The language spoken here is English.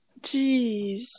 jeez